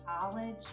college